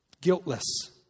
guiltless